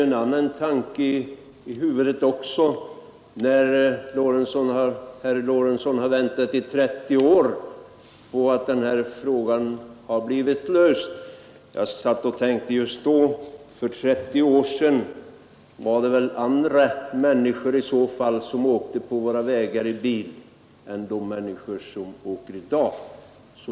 En annan tanke som man får i huvudet när man hör att herr Lorentzon väntat i 30 år är att det för 30 år sedan väl i så fall var andra människor som åkte på våra vägar i bil än det är i dag.